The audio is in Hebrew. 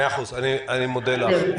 אני מודה לך.